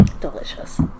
Delicious